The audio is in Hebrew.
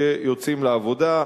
שיוצאים לעבודה.